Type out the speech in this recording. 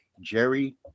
Jerry